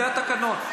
זה התקנון.